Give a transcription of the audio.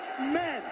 men